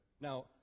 Now